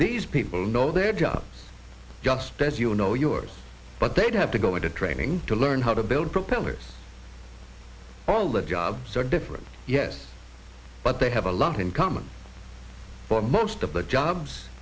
these people know their job just as you know yours but they'd have to go into training to learn how to build propellers all the jobs are different yes but they have a lot in common for most of the jobs